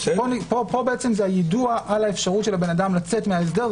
פה בעצם זה היידוע על האפשרות של הבן-אדם לצאת מההסדר.